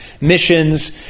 missions